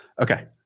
Okay